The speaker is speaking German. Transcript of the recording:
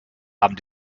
haben